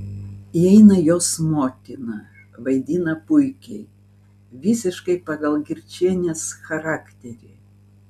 įeina jos motina vaidina puikiai visiškai pagal girčienės charakterį